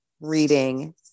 reading